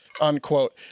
unquote